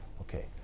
Okay